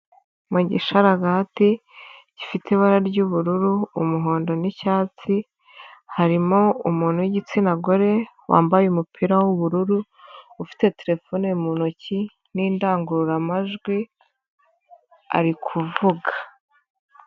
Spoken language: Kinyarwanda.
Mu gisharagati gifite ibara ry'ubururu umuhondo n'icyatsi harimo umuntu w'igitsina gore wambaye umupira w'ubururu, ufite terefone mu ntoki n'indangururamajwi ari kuvuga.